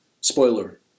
Spoiler